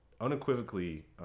unequivocally